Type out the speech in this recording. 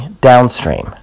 downstream